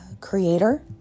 creator